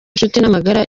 nshutinamagara